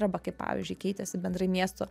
arba kaip pavyzdžiui keitėsi bendrai miesto